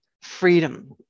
freedom